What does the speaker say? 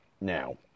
now